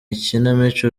ikinamico